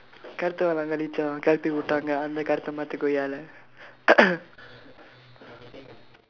கருத்தவன் எல்லாம் கலீஜாம் கெளப்பி விட்டாங்க அந்த கருத்த மாத்து கொய்யால:karuththavan ellaam kaliijaam kelappi vittaangka andtha karuththa maaththu koyyaalla